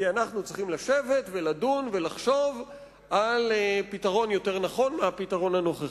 כי אנחנו צריכים לשבת ולדון ולחשוב על פתרון יותר נכון מהפתרון הנוכחי.